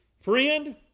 Friend